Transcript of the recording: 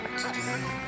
today